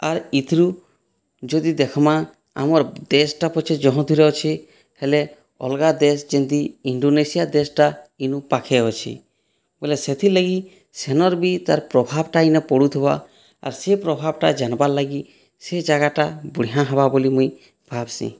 ଆର୍ ଇଥିରୁ ଯଦି ଦେଖେମା ଆମର ଦେଶଟା ପଛେ ଜହଁତିରେ ଅଛି ହେଲେ ଅଲଗା ଦେଶ ଯେନ୍ତି ଇଣ୍ଡୋନେସିଆ ଦେଶଟା ଇନୁ ପାଖେ ଅଛି ବୋଲେ ସେଥିର ଲାଗି ସେନର ବି ତାର୍ ପ୍ରଭାବଟା ଇନେ ପଡୁଥିବା ଆର୍ ସେ ପ୍ରଭାବଟା ଜାନ୍ ବା ର ଲାଗି ସେ ଜାଗାଟା ବଢ଼ିଆ ହବା ବୋଲି ମୁଇଁ ଭାବସି